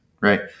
right